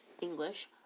English